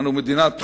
אנו מדינת חוק,